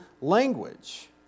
language